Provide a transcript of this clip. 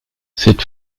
cette